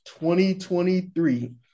2023